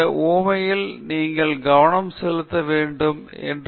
இந்த உவமையில் நீங்கள் கவனம் செலுத்த வேண்டும் என்று குறிப்பிட்ட விவரங்கள் உள்ளன